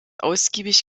ausgiebig